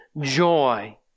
joy